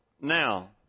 Now